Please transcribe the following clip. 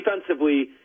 defensively